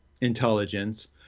intelligence